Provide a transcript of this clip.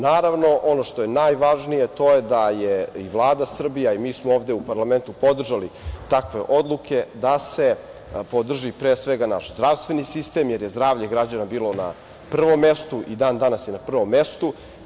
Naravno, ono što je najvažnije, to je da je i Vlada Srbije, a i mi ovde u parlamentu smo podržali takve odluke da se podrži, pre svega, naš zdravstveni sistem, jer je zdravlje građana bilo na prvom mestu, i dan danas je na prvom mestu.